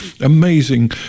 amazing